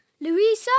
Louisa